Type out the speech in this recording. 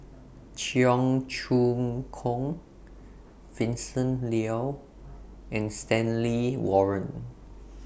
Cheong Choong Kong Vincent Leow and Stanley Warren